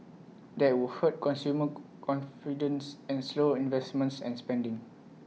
that would hurt consumer confidence and slow investments and spending